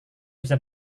bisa